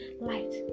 light